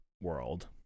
world